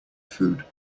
food